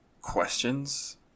questions